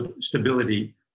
stability